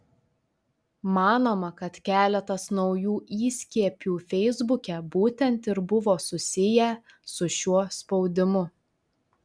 manoma kad keletas naujų įskiepių feisbuke būtent ir buvo susiję su šiuo spaudimu